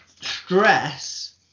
stress